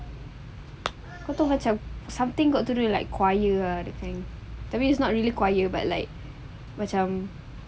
itu macam something got to do with like choir the thing tapi it's not really choir but like macam